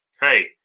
Hey